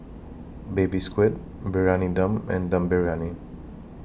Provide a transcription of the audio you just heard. Baby Squid Briyani Dum and Dum Briyani